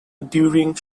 during